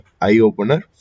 eye-opener